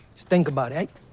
think about it,